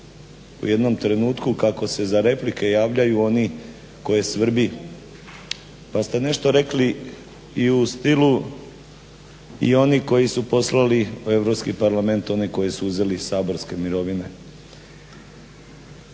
u jednom trenutku kako se za replike javljaju oni koje svrbi pa ste nešto rekli i u stilu i oni koji su poslali u Europski parlament one koje su uzeli iz saborske mirovine.